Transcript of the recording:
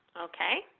okay,